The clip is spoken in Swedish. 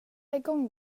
igång